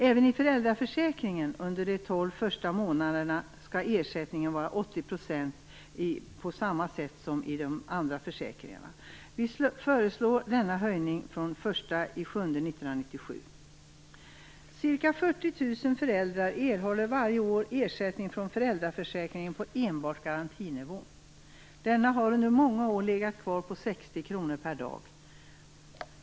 Även i föräldraförsäkringen under de 12 första månaderna skall ersättningen var 80 %, på samma sätt som i de andra försäkringarna. Miljöpartiet föreslår denna höjning från den 1 juli 1997. Ca 40 000 föräldrar erhåller varje år ersättning från föräldraförsäkringen på enbart garantinivå. Den har under många år legat kvar på 60 kr per dag.